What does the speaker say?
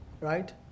right